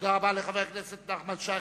תודה רבה לחבר הכנסת נחמן שי.